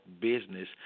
business